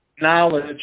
Knowledge